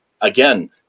again